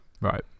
Right